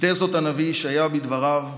ביטא זאת הנביא ישעיה בדבריו: